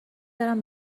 برم